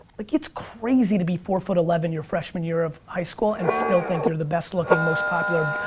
like it's crazy to be four foot eleven your freshman year of high school, and still think you're the best looking, most popular.